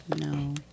No